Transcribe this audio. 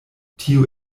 tio